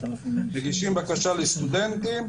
מגישים בקשה לסטודנטים,